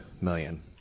million